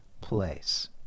place